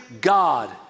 God